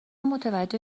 متوجه